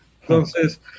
entonces